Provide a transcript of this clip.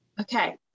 Okay